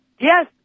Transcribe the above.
Yes